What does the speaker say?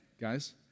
guys